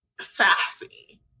sassy